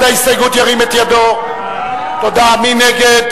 לא נתקבלה.